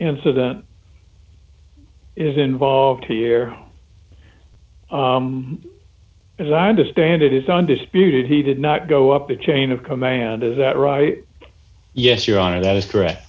incident is involved here as i understand it is undisputed he did not go up the chain of command is that right yes your honor that is correct